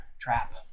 trap